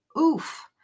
Oof